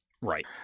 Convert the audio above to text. Right